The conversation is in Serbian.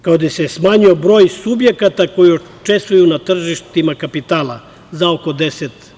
Kada se smanjio broj subjekata koji učestvuju na tržištima kapitala za oko 10%